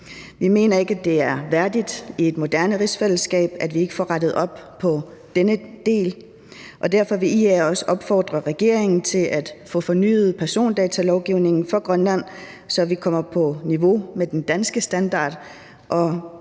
Vi mener ikke, at det er værdigt i et moderne rigsfællesskab, at vi ikke får rettet op på denne del, og derfor vil IA også opfordre regeringen til at få fornyet persondatalovgivningen for Grønland, så vi kommer på niveau med den danske standard